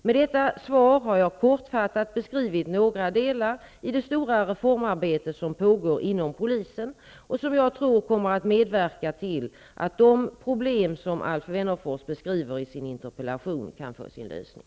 Med detta svar har jag kortfattat beskrivit några delar i det stora reformarbete som pågår inom polisen och som jag tror kommmer att medverka till att de problem som Alf Wennerfors beskriver i sin interpellation kan få en lösning.